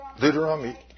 Deuteronomy